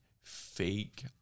fake